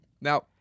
Now